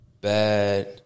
bad